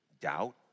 doubt